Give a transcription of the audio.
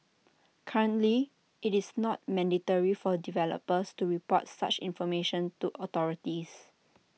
currently IT is not mandatory for developers to report such information to authorities